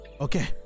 Okay